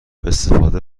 استفاده